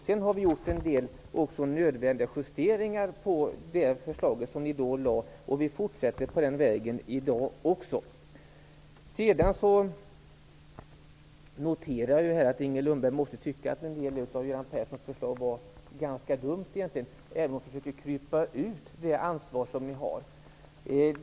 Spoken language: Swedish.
Vi har gjort en del nödvändiga justeringar av det förslag ni då lade. Vi fortsätter på den vägen. Jag noterar att Inger Lundberg måste tycka att en hel del av Göran Perssons förslag var ganska dumma, även om ni försöker krypa undan det ansvar ni har.